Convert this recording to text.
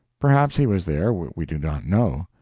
perhaps he was there we do not know.